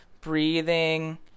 breathing